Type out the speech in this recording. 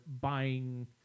buying